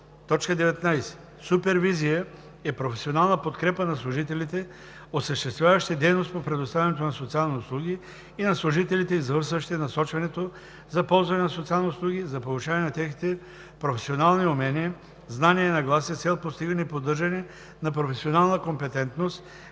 живот. 19. „Супервизия“ е професионална подкрепа на служителите, осъществяващи дейност по предоставянето на социални услуги, и на служителите, извършващи насочването за ползване на социални услуги, за повишаване на техните професионални умения, знания и нагласи с цел постигане и поддържане на професионална компетентност,